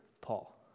Paul